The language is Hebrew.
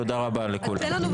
תודה רבה לכולם.